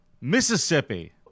Mississippi